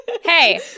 Hey